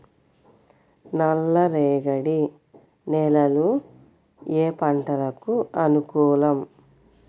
నల్లరేగడి నేలలు ఏ పంటలకు అనుకూలం?